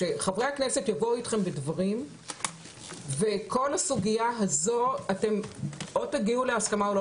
חברי הכנסת יבואו איתכם בדברים וכל הסוגיה הזאת או תגיעו להסכמה או לא